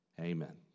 Amen